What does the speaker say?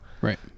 right